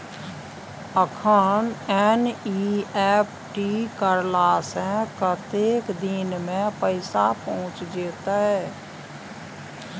अखन एन.ई.एफ.टी करला से कतेक दिन में पैसा पहुँच जेतै?